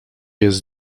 jest